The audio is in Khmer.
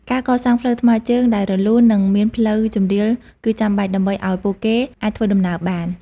ការកសាងផ្លូវថ្មើរជើងដែលរលូន និងមានផ្លូវជម្រាលគឺចាំបាច់ ដើម្បីឱ្យពួកគេអាចធ្វើដំណើរបាន។